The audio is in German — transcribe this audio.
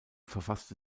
verfasste